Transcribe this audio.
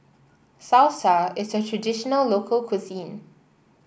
salsa is a traditional local cuisine